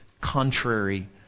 contrary